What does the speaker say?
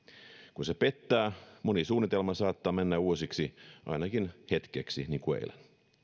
kun se pettää moni suunnitelma saattaa mennä uusiksi ainakin hetkeksi niin kuin eilen